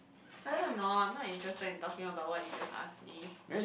I don't know I'm not interested in talking about what you just ask me